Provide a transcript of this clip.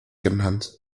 genannt